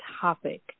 topic